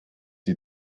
die